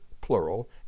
plural